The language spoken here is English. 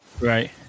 Right